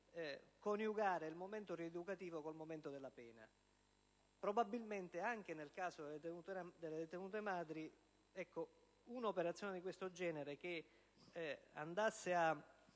coniugare il momento rieducativo con quello della pena. Anche nel caso delle detenute madri, un'operazione di questo genere, che vada a